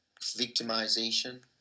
victimization